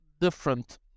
different